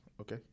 Okay